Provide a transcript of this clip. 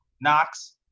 Knox